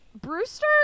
Brewster